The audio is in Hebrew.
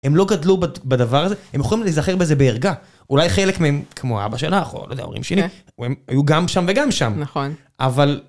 הם לא גדלו בדבר הזה, הם יכולים להיזכר בזה בערגה. אולי חלק מהם, כמו אבא שלך, או לא יודע, ההורים שני, הם היו גם שם וגם שם. נכון. אבל...